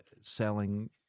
selling